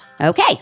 Okay